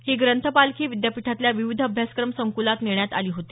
ही ग्रंथपालखी विद्यापीठातल्या विविध अभ्यासक्रम संकुलात नेण्यात आली होती